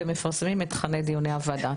ומפרסמים את תכני דיוני הוועדה.